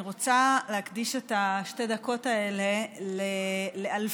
אני רוצה להקדיש את שתי הדקות האלה לאלפי